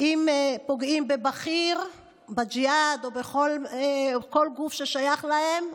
אם פוגעים בבכיר ג'יהאד או בכל גוף ששייך להם,